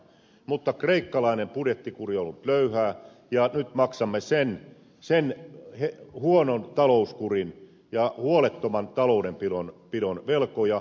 mutta kreikkalainen budjettikuri on ollut löyhää ja nyt maksamme sen huonon talouskurin ja huolettoman taloudenpidon velkoja